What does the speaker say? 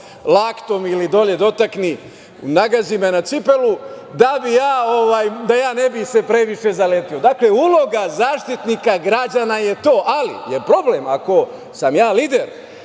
laktom dotakni, nagazi me na cipelu da se ne bih previše zaleteo. Dakle, uloga Zaštitnika građana je to, ali je problem ako sam ja lider,